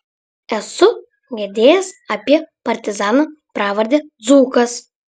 esu girdėjęs apie partizaną pravarde dzūkas